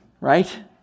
Right